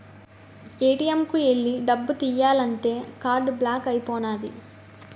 ATM కు ఎల్లి డబ్బు తియ్యాలంతే కార్డు బ్లాక్ అయిపోనాది